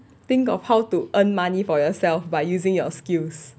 think of how to earn money for yourself by using your skills